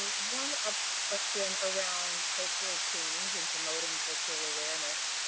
one other question around cultural change and promoting cultural awareness.